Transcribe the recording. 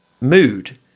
mood